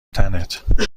تنت